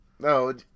no